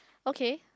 okay